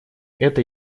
это